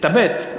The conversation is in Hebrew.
כיתה ב'?